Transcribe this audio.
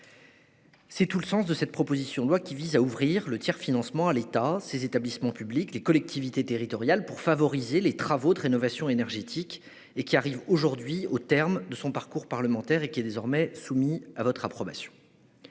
première ligne. Cette proposition de loi, qui vise à ouvrir le tiers-financement à l'État, à ses établissements publics et aux collectivités territoriales pour favoriser les travaux de rénovation énergétique, parvient aujourd'hui au terme de son parcours parlementaire. Elle est à présent soumise à votre approbation.